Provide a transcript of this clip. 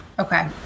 Okay